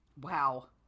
Wow